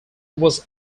was